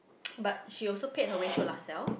but she also paid her way through LaSalle